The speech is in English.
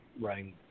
writing